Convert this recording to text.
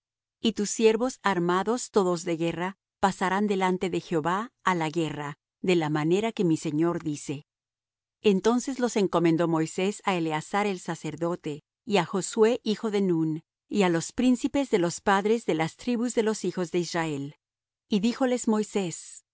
y tus siervos armados todos de guerra pasarán delante de jehová á la guerra de la manera que mi señor dice entonces los encomendó moisés á eleazar el sacerdote y á josué hijo de nun y á los príncipes de los padres de las tribus de los hijos de israel y díjoles moisés si